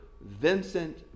Vincent